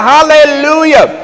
Hallelujah